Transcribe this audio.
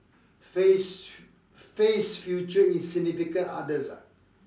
face face future in significant others ah